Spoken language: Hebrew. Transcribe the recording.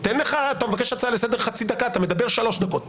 אתה מבקש הצעה לסדר חצי דקה ומדבר שלוש דקות.